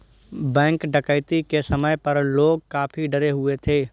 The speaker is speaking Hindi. बैंक डकैती के समय पर लोग काफी डरे हुए थे